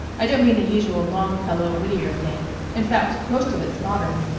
i don't mean the usual longfellow-whittier thing in fact, most of it's modern.